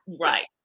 Right